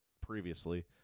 previously